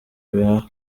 bihaha